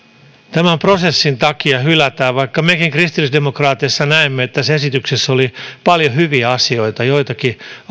tämän prosessin takia vaikka mekin kristillisdemokraateissa näemme että tässä esityksessä oli paljon hyviä asioita joitakin